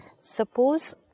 Suppose